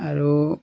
আৰু